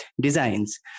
designs